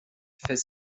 fait